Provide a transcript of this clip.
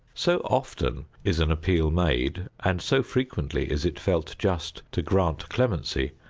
so often is an appeal made and so frequently is it felt just to grant clemency,